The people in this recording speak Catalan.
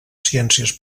ciències